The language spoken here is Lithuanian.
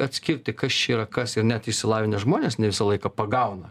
atskirti kas čia yra kas ir net išsilavinę žmonės ne visą laiką pagauna